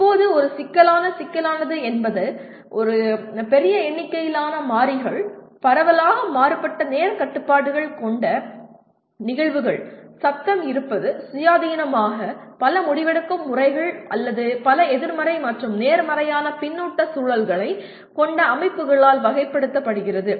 இப்போது ஒரு சிக்கலான சிக்கலானது என்பது பெரிய எண்ணிக்கையிலான மாறிகள் பரவலாக மாறுபட்ட நேரக் கட்டுப்பாடுகள் கொண்ட நிகழ்வுகள் சத்தம் இருப்பது சுயாதீனமான பல முடிவெடுக்கும் முறைகள் அல்லது பல எதிர்மறை மற்றும் நேர்மறையான பின்னூட்ட சுழல்களைக் கொண்ட அமைப்புகளால் வகைப்படுத்தப்படுகிறது